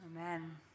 Amen